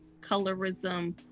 colorism